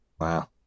Wow